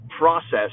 Process